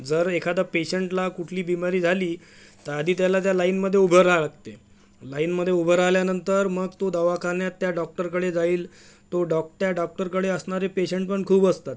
जर एखादा पेशंटला कुठली बिमारी झाली तर आधी त्याला त्या लाइनमध्ये उभं राहवं लागते लाइनमध्ये उभं राहिल्यानंतर मग तो दवाखान्यात त्या डॉक्टरकडे जाईल तो डॉक्टर त्या डॉक्टरकडे असणारे पेशंट पण खूप असतात